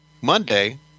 Monday